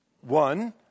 One